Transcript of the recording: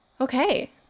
Okay